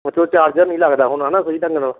ਉਥੋਂ ਚਾਰਜਰ ਨਹੀਂ ਲੱਗਦਾ ਹੋਣਾ ਨਾ ਸਹੀ ਢੰਗ ਨਾਲ